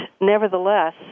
nevertheless